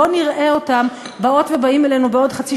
בואו נראה אותם באות ובאים אלינו בעוד חצי